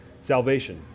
salvation